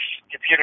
Computer